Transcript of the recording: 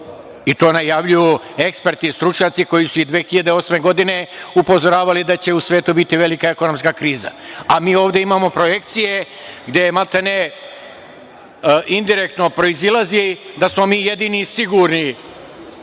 i to najavljuju eksperti, stručnjaci koji su i 2008. godine upozoravali da će u svetu biti velika ekonomska kriza, a mi ovde imamo projekcije, gde maltene indirektno proizilazi da smo mi jedini sigurni,